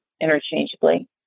interchangeably